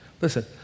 Listen